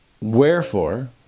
Wherefore